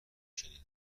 شنیدم